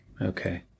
Okay